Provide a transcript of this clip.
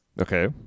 okay